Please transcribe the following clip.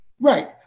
Right